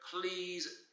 please